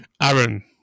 Aaron